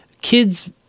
kids